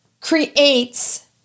creates